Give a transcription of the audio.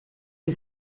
che